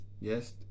yes